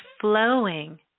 flowing